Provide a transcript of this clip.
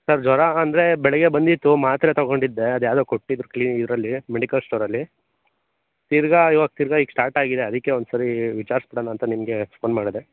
sir ಜ್ವರ ಅಂದರೆ ಬೆಳಗ್ಗೆ ಬಂದಿತ್ತು ಮಾತ್ರೆ ತಗೊಂಡಿದ್ದೆ ಅದ್ಯಾವುದೋ ಕೊಟ್ಟಿದ್ದರು ಕ್ಲೀನ್ ಇದರಲ್ಲಿ ಮೆಡಿಕಲ್ ಶ್ಟೋರಲ್ಲಿ ತಿರುಗಾ ಇವಾಗ ತಿರುಗಾ ಈಗ ಶ್ಟಾರ್ಟ್ ಆಗಿದೆ ಅದಕ್ಕೆ ಒಂದ್ಸರಿ ವಿಚಾರಿಸ್ಬಿಡೋಣ ಅಂತ ನಿಮಗೆ ಫೋನ್ ಮಾಡಿದೆ